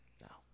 No